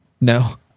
no